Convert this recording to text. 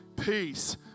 peace